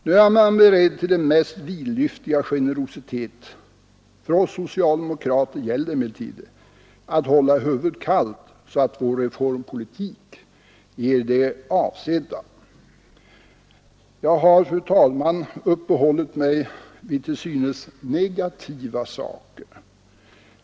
Nu är man beredd till den mest vidlyftiga generositet minsann. För oss socialdemokrater gäller det emellertid att hålla huvudet kallt så att vår reformpolitik ger vad vi avsett. Jag har, fru talman, uppehållit mig vid till synes negativa saker.